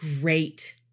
great